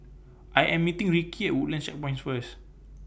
I Am meeting Ricky At Woodlands Checkpoint First